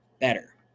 better